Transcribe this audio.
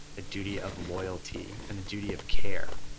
the duty of loyalty and the duty of care.